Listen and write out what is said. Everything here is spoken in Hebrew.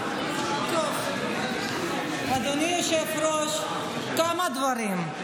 אדוני היושב-ראש, כמה דברים.